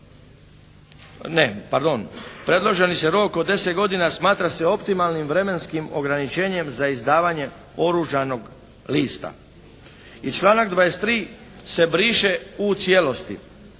Ne pardon, predloženi se rok od deset godina smatra se optimalnim vremenskim ograničenjem za izdavanje oružanog lista. I članak 23. se briše u cijelosti.